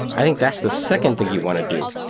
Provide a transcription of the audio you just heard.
i think that's the second thing you want to do.